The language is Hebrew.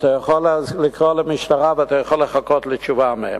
אתה יכול לקרוא למשטרה ואתה יכול לחכות לתשובה מהם.